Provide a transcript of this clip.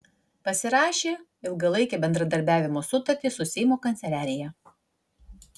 pasirašė ilgalaikę bendradarbiavimo sutartį su seimo kanceliarija